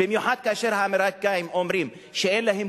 במיוחד כאשר האמריקנים אומרים שאין להם